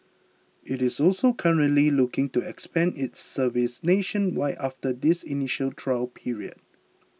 it is also currently looking to expand its service nationwide after this initial trial period